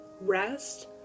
rest